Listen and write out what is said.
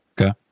Okay